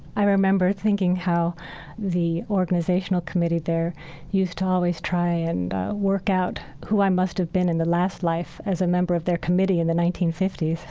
i remember thinking how the organizational committee there used to always try and work out who i must have been in the last life as a member of their committee in the nineteen fifty s.